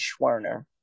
Schwerner